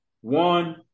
One